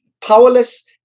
powerless